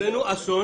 הבאנו אסון